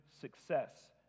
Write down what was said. success